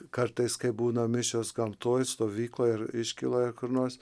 kartais kai būna misijos gamtoj stovykloj ar iškyloje kur nors